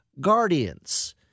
Guardians